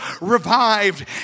revived